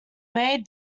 made